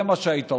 זה מה שהיית עושה,